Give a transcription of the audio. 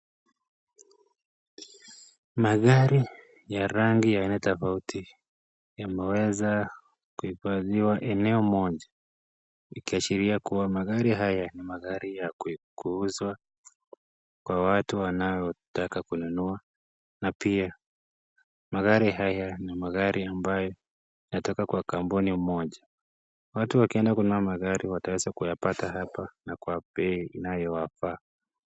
Magari ya rangi ya aina tofauti yameweza kuhifadhiwa eneo moja, ikiashiria kuwa magari haya ni magari ya kuuzwa kwa watu wanaotaka kununua, na pia magari haya ni magari ambayo yanatoka kwa kampuni moja. Watu wakienda kununua magari wataweza kuyapata hapa na kwa bei inayowafaa.